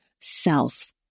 self